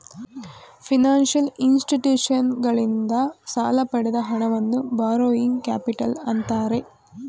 financial ಇನ್ಸ್ಟಿಟ್ಯೂಷನ್ಸಗಳಿಂದ ಸಾಲ ಪಡೆದ ಹಣವನ್ನು ಬಾರೋಯಿಂಗ್ ಕ್ಯಾಪಿಟಲ್ ಅಂತ್ತಾರೆ